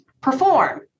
perform